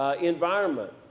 environment